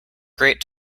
great